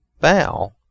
bow